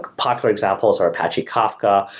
popular examples are apache kafka.